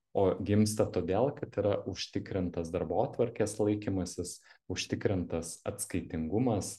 o gimsta todėl kad yra užtikrintas darbotvarkės laikymasis užtikrintas atskaitingumas